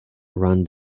run